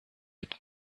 would